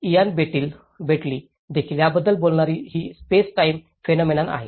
Ian Bentley देखील याबद्दल बोलणारी ही स्पेस टाइम फेनॉमेनॉन आहे